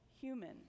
human